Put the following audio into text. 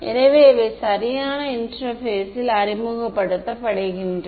எனவே இவை சரியான இன்டெர்பேஸில் அறிமுகப்படுத்தப்படுகின்றன